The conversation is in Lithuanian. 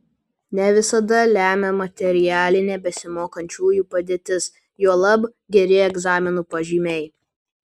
ne visada lemia materialinė besimokančiųjų padėtis juolab geri egzaminų pažymiai